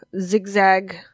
zigzag